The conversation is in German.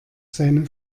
seine